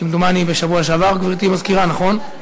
כמדומני, בשבוע שעבר, גברתי המזכירה, נכון?